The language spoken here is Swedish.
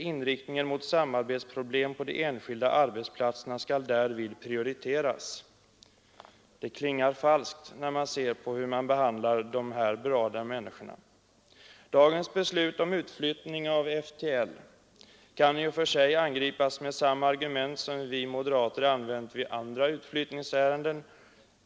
Inriktning mot samarbetsproblem på de enskilda arbetsplatserna skall därvid prioriteras.” Det klingar falskt, när man ser på hur de här berörda människorna behandlas. Dagens beslut om utflyttning av FTL kan i och för sig angripas med samma argument som vi moderater använt vid andra utflyttningsärenden.